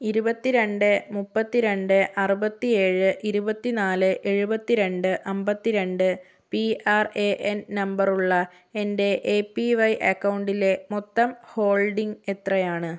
ഇരുപത്തിരണ്ട് മുപ്പത്തിരണ്ട് അറുപത്തിയേഴ് ഇരുപത്തിനാല് എഴുപത്തിരണ്ട് അമ്പത്തിരണ്ട് P R A N number ഉള്ള എൻ്റെ എ പി വൈ അക്കൗണ്ടിലെ മൊത്തം ഹോൾഡിംഗ് എത്രയാണ്